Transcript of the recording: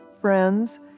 friends